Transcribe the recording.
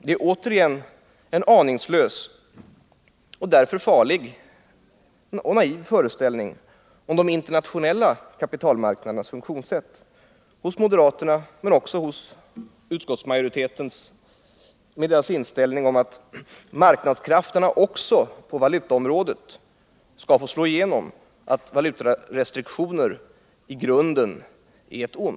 En aningslös och naiv, och därför farlig, föreställning om de internationella kapitalmarknadernas funktionssätt finns här återigen hos moderaterna, men också hos utskottsmajoriteten i övrigt. Jag avser inställningen att marknadskrafterna skall få slå igenom också på valutaområdet, dvs. att valutarestriktioner i grunden är ett ont.